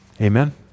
Amen